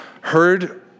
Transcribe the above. heard